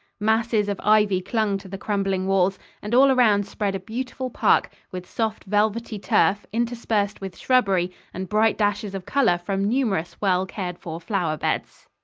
masses of ivy clung to the crumbling walls and all around spread a beautiful park, with soft, velvety turf interspersed with shrubbery and bright dashes of color from numerous well cared-for flower beds.